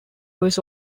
was